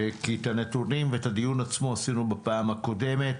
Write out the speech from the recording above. כי את הנתונים ואת הדיון עצמו עשינו בפעם הקודמת.